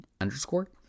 underscore